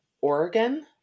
Oregon